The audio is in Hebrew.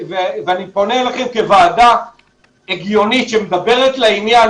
אני פונה אליכם כוועדה הגיונית שמדברת לעניין,